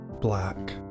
black